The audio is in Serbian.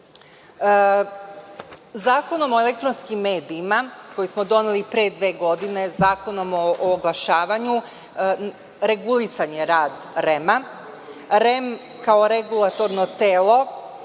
o elektronskim medijima koji smo doneli pre dve godine, Zakonom o oglašavanju regulisan je rad REM-a. REM kao regulatorno telo